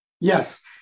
Yes